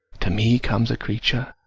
to me comes a creature,